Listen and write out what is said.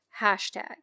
hashtag